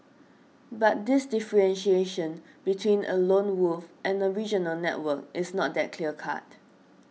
but this differentiation between a lone wolf and a regional network is not that clear cut